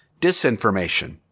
disinformation